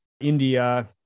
India